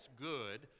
good